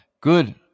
good